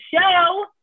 show